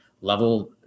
level